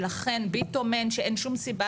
ולכן, ביטומן שאין שום סיבה